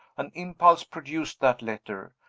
an impulse produced that letter.